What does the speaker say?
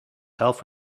half